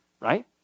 right